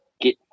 Get